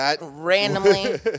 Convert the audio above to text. randomly